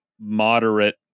moderate